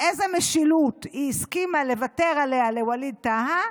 עז המשילות, היא הסכימה לוותר עליה לווליד טאהא.